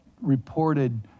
reported